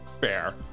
Fair